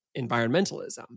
environmentalism